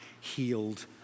healed